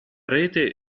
rete